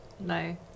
No